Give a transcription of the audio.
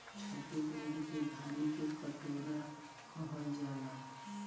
छतीसगढ़ के धान के कटोरा कहल जाला